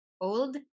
Old